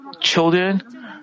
children